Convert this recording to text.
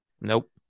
Nope